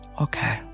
Okay